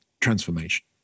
transformation